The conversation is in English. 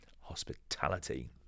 Hospitality